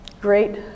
great